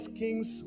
kings